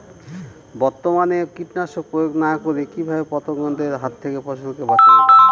বর্তমানে কীটনাশক প্রয়োগ না করে কিভাবে পতঙ্গদের হাত থেকে ফসলকে বাঁচানো যায়?